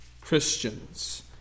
Christians